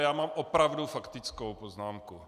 Já mám opravdu faktickou poznámku.